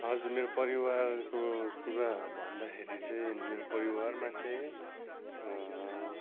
हजुर मेरो परिवारको कुरा भन्दाखेरि चाहिँ मेरो परिवारमा चाहिँ